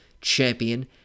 champion